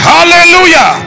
Hallelujah